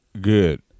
Good